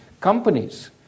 companies